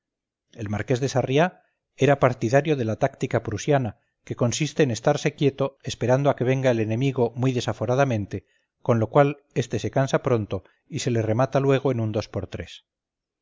el marqués de sarriá era partidario de la táctica prusiana que consiste en estarse quieto esperando a que venga el enemigo muy desaforadamente con lo cual este se cansa pronto y se le remata luego en un dos por tres